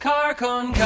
Carcon